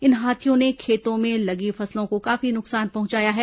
इन हाथियों ने खेतों में लगी फसलों को काफी नुकसान पहुंचाया है